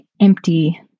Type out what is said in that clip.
empty